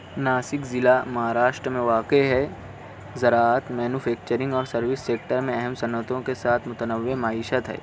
ناسک ضلع مہاراشٹر میں واقع ہے زراعت مینوفیکچرنگ اور سروس سیکٹر میں اہم صنعتوں کے ساتھ متنوع معیشت ہے